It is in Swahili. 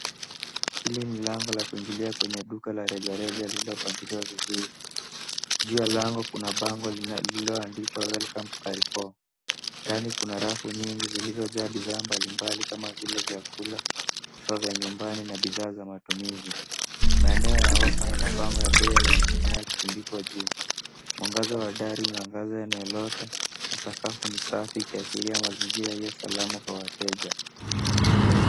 Hili ni lango la kuingilia kwenye duka la rejareja lilipangiliwa vizuri. Juu ya lango kuna bango lililoandikwa Welcome to Carrefour . Ndani kuna rafu nyingi zilizojaa bidhaa mbalimbali kama vile vyakula, vifa vya nyumbani na bidhaa za matumizi. Maeneo ya ofa na mabango ya bei yanaonekana yakitundikwa juu. Mwangaza wa dari unaangaza eneo lote na sakafu ni safi ikiashiria mazingira yaliyo salama kwa wateja.